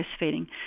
breastfeeding